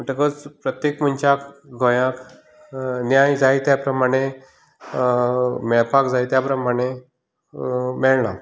म्हणटकच प्रत्येक मनशाक गोंयांत न्याय जाय त्या प्रमाणे मेळपाक जाय त्या प्रमाणे मेळना